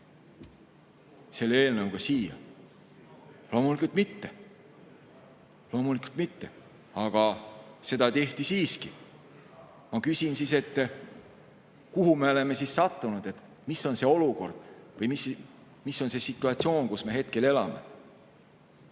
selle eelnõuga siia? Loomulikult mitte. Loomulikult mitte, aga seda tehti siiski. Ma küsin siis, kuhu me oleme sattunud, mis on see olukord või see situatsioon, kus me hetkel elame.